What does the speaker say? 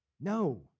No